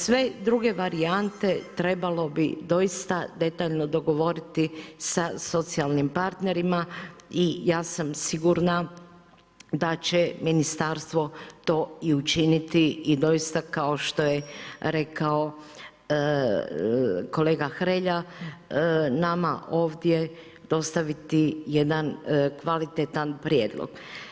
Sve druge varijante trebalo bi doista detaljno dogovoriti sa socijalnim partnerima i ja sam sigurna da će ministarstvo to i učiniti i doista, kao što je rekao kolega Hrelja, nama ovdje dostaviti jedan kvalitetan prijedlog.